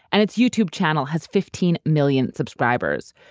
and its youtube channel has fifteen million subscribers.